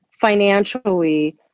financially